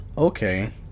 Okay